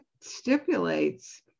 stipulates